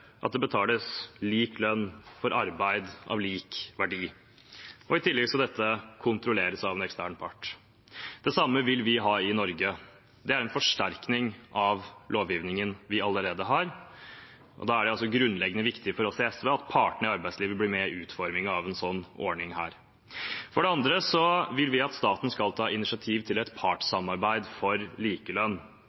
at det betales lik lønn for arbeid av lik verdi. I tillegg skal dette kontrolleres av en ekstern part. Det samme vil vi ha i Norge. Det er en forsterkning av lovgivningen vi allerede har. Da er det også grunnleggende viktig for oss i SV at partene i arbeidslivet blir med i utformingen av en sånn ordning her. For det andre vil vi at staten skal ta initiativ til et partssamarbeid for likelønn.